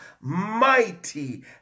mighty